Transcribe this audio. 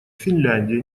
финляндия